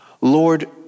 Lord